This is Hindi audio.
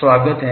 स्वागत है